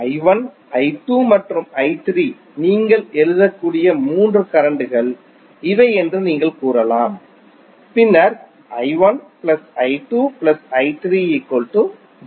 I1 I2 மற்றும் I3 என நீங்கள் எழுதக்கூடிய மூன்று கரண்ட் கள் இவை என்று நீங்கள் கூறலாம் பின்னர் I1 I2 I3 0